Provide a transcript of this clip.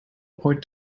point